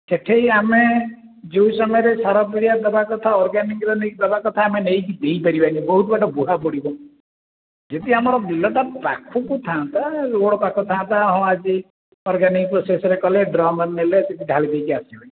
ସେଠେଇ ଆମେ ଯେଉଁ ସମୟରେ ସାର ପିଡ଼ିଆ ଦେବା କଥା ଅର୍ଗାନିକ ଦେବା କଥା ଆମେ ନେଇକି ଦେଇ ପାରିବାନି ବହୁତ ବୁହା ପଡ଼ିବ ଯଦି ଆମ ବିଲଟା ପାଖକୁ ଥାନ୍ତା ରୋଡ଼୍ ପାଖ ଥାନ୍ତା ହଁ ଆଜି ଅର୍ଗାନିକ ପ୍ରୋସେସ୍ରେ କଲେ ଡ୍ରମରେ ନେଇକି ଢାଳି ଦେଇକି ଆସିଲେ